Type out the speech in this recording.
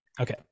Okay